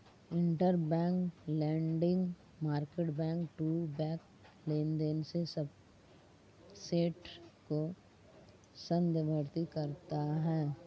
interbank lending market back to back लेनदेन के subset को संदर्भित करता है